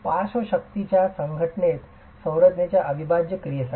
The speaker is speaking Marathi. पार्श्व शक्तीच्या घटनेत संरचनेच्या अविभाज्य क्रियेसाठी